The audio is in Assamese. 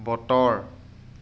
বতৰ